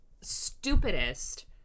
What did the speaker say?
stupidest